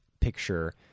picture